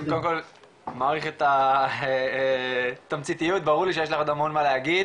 קודם כל מעריך את התמציתיות ברור לי שיש לך עוד המון מה להגיד,